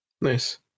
Nice